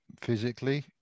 physically